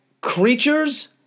creatures